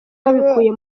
babikuye